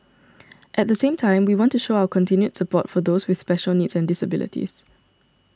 at the same time we want to show our continued support for those with special needs and disabilities